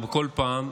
או בכל פעם,